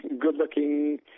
good-looking